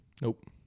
Nope